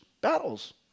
battles